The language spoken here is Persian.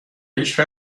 پیش